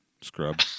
scrub